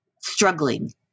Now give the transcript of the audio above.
struggling